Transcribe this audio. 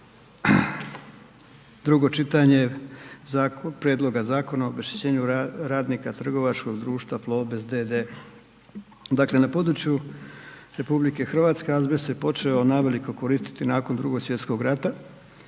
Drugo čitanje Prijedloga Zakona o obeštećenju radnika trgovačkog društva Plobest d.d. Dakle na području RH azbest se počeo naveliko koristiti nakon II. Svj. rata